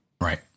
Right